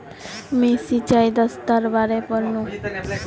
मी सिंचाई दक्षतार बारे पढ़नु